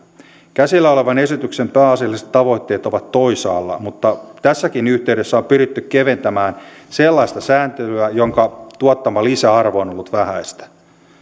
käsillä olevan esityksen pääasialliset tavoitteet ovat toisaalla mutta tässäkin yhteydessä on pyritty keventämään sellaista sääntelyä jonka tuottama lisäarvo on ollut vähäistä